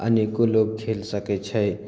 अनेको लोग खेल सकै छै